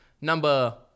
number